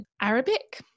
Arabic